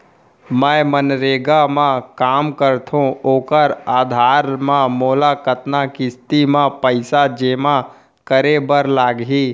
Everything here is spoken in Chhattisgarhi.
मैं मनरेगा म काम करथो, ओखर आधार म मोला कतना किस्ती म पइसा जेमा करे बर लागही?